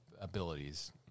abilities